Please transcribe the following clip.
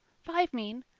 five mean,